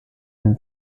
him